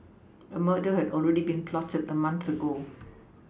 a murder had already been plotted a month ago